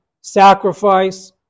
sacrifice